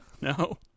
No